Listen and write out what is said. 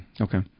okay